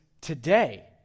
today